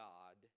God